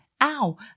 Ow